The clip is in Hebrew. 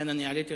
לכן עליתי לדוכן,